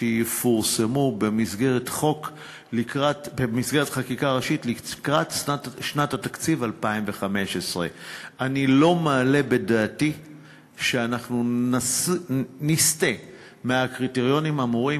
והם יפורסמו במסגרת חקיקה ראשית לקראת שנת התקציב 2015. אני לא מעלה בדעתי שאנחנו נסטה מהקריטריונים האמורים,